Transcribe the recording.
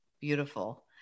Beautiful